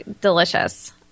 delicious